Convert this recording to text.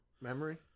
Memory